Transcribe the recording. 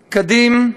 כדים,